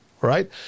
right